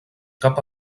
cap